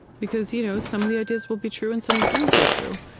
because you know some of the ideas will be true, and some won't be true,